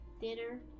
dinner